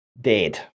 dead